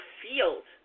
field